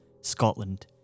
Scotland